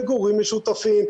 מגורים משותפים,